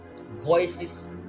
voices